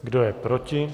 Kdo je proti?